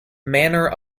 manor